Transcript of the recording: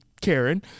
Karen